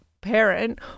parent